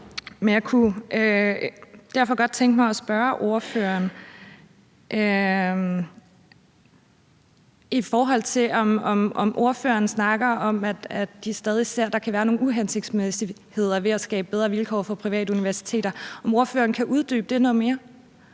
derfor godt tænke mig at spørge ordføreren: I forhold til at ordføreren snakker om, at der kan være nogle uhensigtsmæssigheder ved at skabe bedre vilkår for private universiteter, kan ordføreren så uddybe det noget mere?